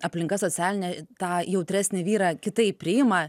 aplinka socialinė tą jautresnį vyrą kitaip priima